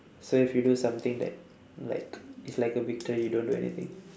so if you do something that like is like a victory you don't do anything